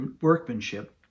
workmanship